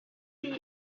tea